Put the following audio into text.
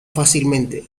fácilmente